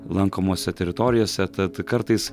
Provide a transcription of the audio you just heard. lankomose teritorijose tad kartais